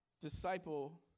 disciple